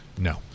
No